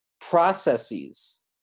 processes